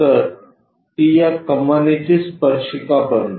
तर ती या कमानीची स्पर्शिका बनते